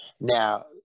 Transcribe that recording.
now